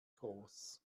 groß